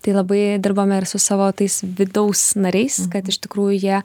tai labai dirbame ir su savo tais vidaus nariais kad iš tikrųjų jie